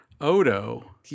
Odo